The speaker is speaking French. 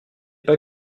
pas